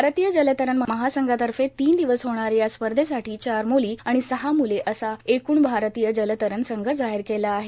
भारतीय जलतरण महासंघातर्फे तीन दिवस होणाऱ्या या स्पर्धेसाठी चार मुली आणि सहा मुले असा एकूण भारतीय जलतरण संघ जाहीर केला आहे